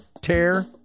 Tear